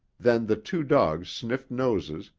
then the two dogs sniffed noses,